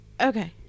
Okay